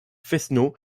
fesneau